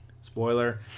spoiler